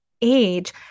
age